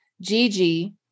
Gigi